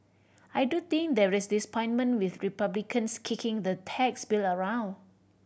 I do think there is disappointment with Republicans kicking the tax bill around